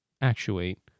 actuate